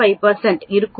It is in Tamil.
5 இருக்கும்